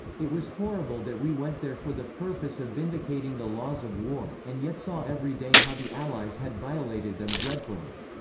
it was horrible that we went there for the purpose of vindicating the laws of war, and yet saw every day how the allies had violated them dreadfully.